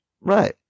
Right